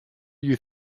you